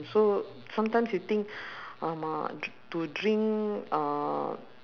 so sometimes you think !alamak! to drink uh